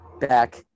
back